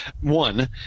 One